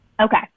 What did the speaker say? Okay